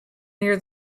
near